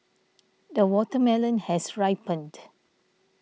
the watermelon has ripened